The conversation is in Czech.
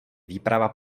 výprava